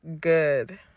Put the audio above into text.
good